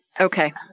Okay